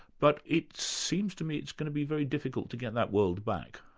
but it seems to me it's going to be very difficult to get that world back.